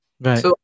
Right